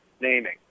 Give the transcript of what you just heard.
naming